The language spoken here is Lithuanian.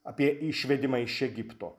apie išvedimą iš egipto